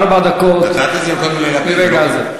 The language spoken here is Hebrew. רוב הסיעות, ארבע דקות מרגע זה.